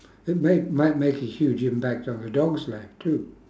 it may might make a huge impact on the dog's life too